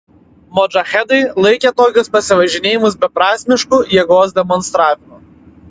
modžahedai laikė tokius pasivažinėjimus beprasmišku jėgos demonstravimu